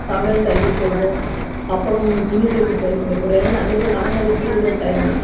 சமையல் தள்ளி போகும் அப்புறம் துணி துவைக்கிறத்துக்கு ஏன்னா அன்னைக்குதான் நாங்கள் ரெஸ்ட் எடுக்கிற டைம்